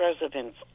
residents